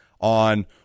on